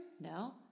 No